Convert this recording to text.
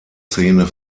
zähne